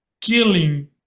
killing